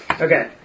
Okay